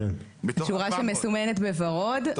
שורה שמסומנת בוורוד.